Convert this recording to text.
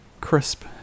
crisp